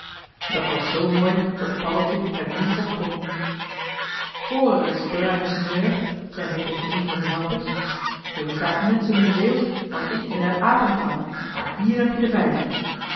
dat was zoo mooi dat paddeltje het niet op kon hoor ereis bruine sinjeur zei hij tegen een van die helpers jij verstaat net zoo min zeeuwsch als ik jelui apentaal maar hier heb je de vijf